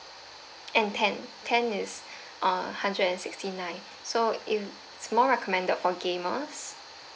and ten ten is uh hundred and sixty nine so it is more recommended for gamers